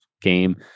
game